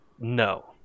No